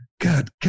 God